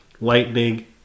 Lightning